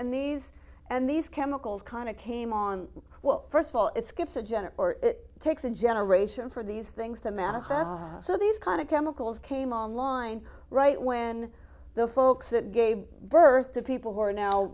and these and these chemicals kind of came on well first of all it's gets agenor or it takes a generation for these things to manifest so these kind of chemicals came on line right when the folks it gave birth to people who are no